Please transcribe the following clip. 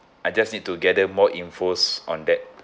I just need to gather more infos on that